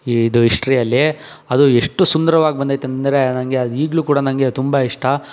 ಈ ಇದು ಇಶ್ಟ್ರಿಯಲ್ಲಿ ಅದು ಎಷ್ಟು ಸುಂದರವಾಗಿ ಬಂದೈತೆ ಅಂದರೆ ನನಗೆ ಅದು ಈಗಲೂ ಕೂಡ ನನಗೆ ತುಂಬ ಇಷ್ಟ